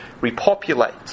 repopulate